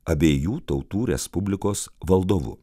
abiejų tautų respublikos valdovu